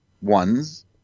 ones